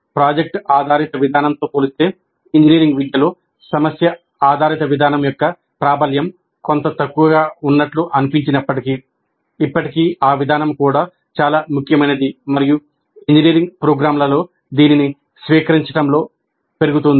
project ఆధారిత విధానంతో పోలిస్తే ఇంజనీరింగ్ విద్యలో సమస్య ఆధారిత విధానం యొక్క ప్రాబల్యం కొంత తక్కువగా ఉన్నట్లు అనిపించినప్పటికీ ఇప్పటికీ ఆ విధానం కూడా చాలా ముఖ్యమైనది మరియు ఇంజనీరింగ్ ప్రోగ్రామ్లలో దీనిని స్వీకరించడంలో ఇది పెరుగుతోంది